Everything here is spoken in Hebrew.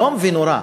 איום ונורא,